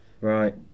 Right